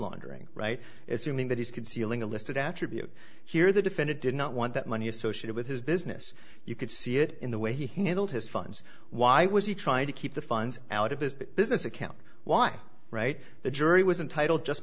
laundering right assuming that he's concealing a listed attribute here the defendant did not want that money associated with his business you could see it in the way he handled his funds why was he trying to keep the funds out of his business account why right the jury was entitled just